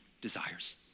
desires